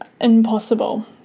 impossible